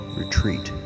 retreat